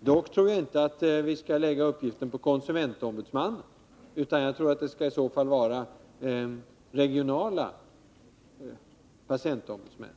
Dock tror jag inte att vi skall lägga uppgiften på konsumentombudsmannen utan att det i så fall skall vara regionala patientombudsmän.